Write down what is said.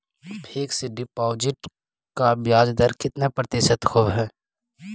Fix deposit का ब्याज दर कितना प्रतिशत होब है?